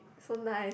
so nice